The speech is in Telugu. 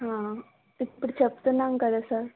ఇప్పుడు చెప్తున్నాం కదా సార్